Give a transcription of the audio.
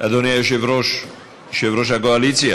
אדוני יושב-ראש הקואליציה.